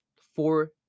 four